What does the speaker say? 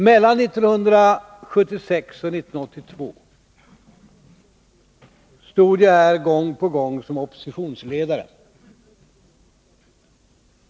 Mellan 1976 och 1982 stod jag här gång på gång som oppositionsledare.